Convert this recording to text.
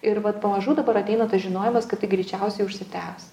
ir vat pamažu dabar ateina tas žinojimas kad tai greičiausiai užsitęs